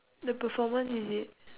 the performance is it